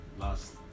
last